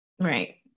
right